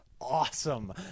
awesome